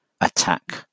attack